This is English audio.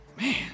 Man